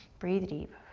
breathe deep.